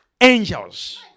angels